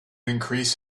increase